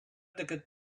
d’aquest